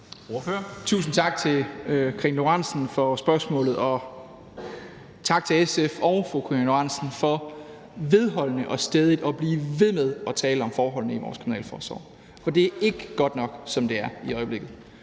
Tusind tak til fru Karina Lorentzen Dehnhardt for spørgsmålet, og tak til SF og fru Karina Lorentzen Dehnhardt for vedholdende og stædigt at blive ved med at tale om forholdene i vores kriminalforsorg, for det er ikke godt nok, som det er i øjeblikket.